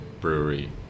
brewery